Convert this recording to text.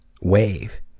Wave